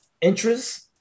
interests